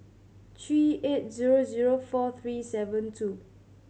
three eight zero zero four three seven two